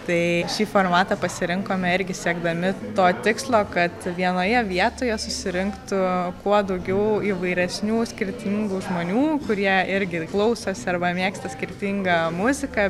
tai šį formatą pasirinkome irgi siekdami to tikslo kad vienoje vietoje susirinktų kuo daugiau įvairesnių skirtingų žmonių kurie irgi klausosi arba mėgsta skirtingą muziką